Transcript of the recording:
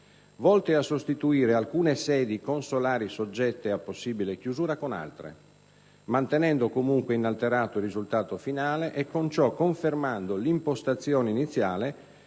volte a sostituire alcune sedi consolari soggette a possibile chiusura con altre, mantenendo comunque inalterato il risultato finale, con ciò confermando l'impostazione iniziale